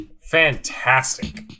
Fantastic